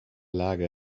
lage